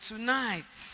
Tonight